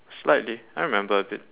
slightly I remember a bit